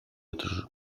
otros